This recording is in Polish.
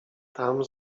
tam